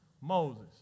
Moses